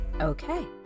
Okay